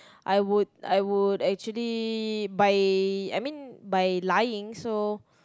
I would I would actually by I mean by lying so